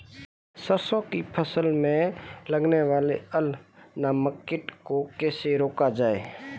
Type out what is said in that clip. सरसों की फसल में लगने वाले अल नामक कीट को कैसे रोका जाए?